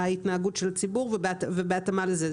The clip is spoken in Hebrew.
ההתנהגות של הציבור ובהתאמה לזה.